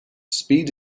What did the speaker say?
speed